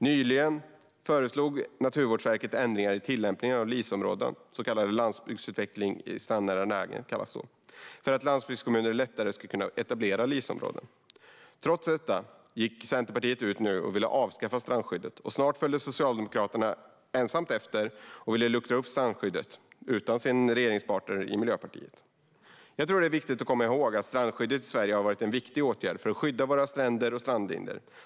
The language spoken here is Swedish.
Nyligen föreslog Naturvårdsverket ändringar i tillämpningen av så kallade LIS-områden - landsbygdsutveckling i strandnära lägen - för att landsbygdskommuner lättare skulle kunna etablera LIS-områden. Trots detta gick Centerpartiet ut och vill nu avskaffa strandskyddet. Snart följde Socialdemokraterna efter, utan regeringspartnern Miljöpartiet, och ville luckra upp strandskyddet. Jag tror att det är viktigt att komma ihåg att strandskyddet i Sverige har varit en betydelsefull åtgärd för att skydda våra stränder och strandlinjer.